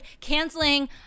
canceling